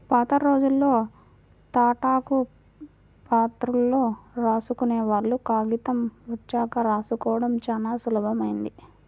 పాతరోజుల్లో తాటాకు ప్రతుల్లో రాసుకునేవాళ్ళు, కాగితం వచ్చాక రాసుకోడం చానా సులభమైంది